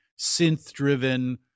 synth-driven